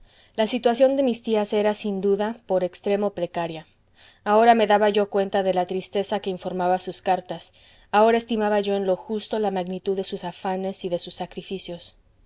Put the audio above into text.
la situación de mis tías era sin duda por extremo precaria ahora me daba yo cuenta de la tristeza que informaba sus cartas ahora estimaba yo en lo justo la magnitud de sus afanes y de sus sacrificios